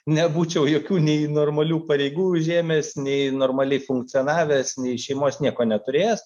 nebūčiau jokių nei normalių pareigų užėmęs nei normaliai funkcionavęs nei šeimos nieko neturėjęs